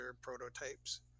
prototypes